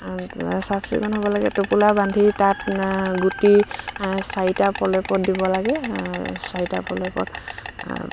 চাফ চিকুণ হ'ব লাগে টোপোলা বান্ধি তাত গুটি চাৰিটা প্ৰলেপত দিব লাগে চাৰিটা প্ৰলেপত